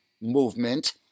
movement